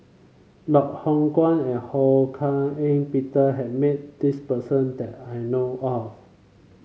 Loh Hoong Kwan and Ho Hak Ean Peter has met this person that I know of